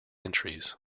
entries